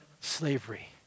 slavery